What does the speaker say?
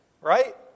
Right